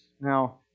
Now